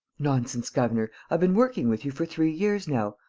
nonsense, governor! i've been working with you for three years now.